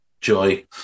Joy